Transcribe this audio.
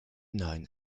neuen